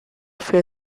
fiel